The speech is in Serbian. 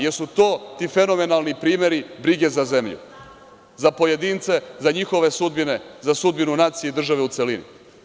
Da li su to ti fenomenalni primeri brige za zemlju, za pojedince, za njihove sudbine, za sudbinu nacije i države u celini?